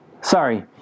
sorry